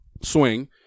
swing